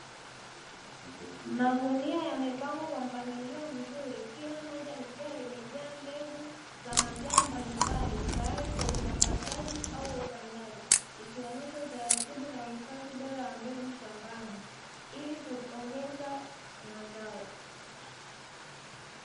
Magunia yamepangwa kwa mpangilio mzuri, kila moja likiwa limejaa mbegu za mazao mbalimbali, tayari kwa usambazaji au upandaji, ikionyesha utaratibu na uhifadhi wa mbegu bora shambani ili kuongeza mazao.